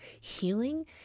healing